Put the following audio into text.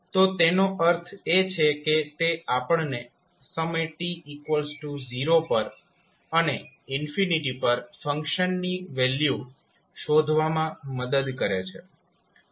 તો તેનો અર્થ એ છે કે તે આપણને સમય t0 પર અને પર ફંક્શનની વેલ્યુ શોધવામાં મદદ કરે છે